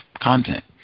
content